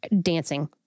dancing